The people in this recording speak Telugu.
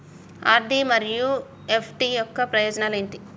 ఆర్.డి మరియు ఎఫ్.డి యొక్క ప్రయోజనాలు ఏంటి?